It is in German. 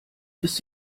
ist